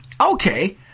Okay